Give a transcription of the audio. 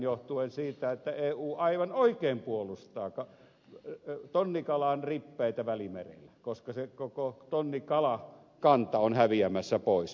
johtuen siitä että eu aivan oikein puolustaa tonnikalan rippeitä välimerellä koska se koko tonnikalakanta on häviämässä pois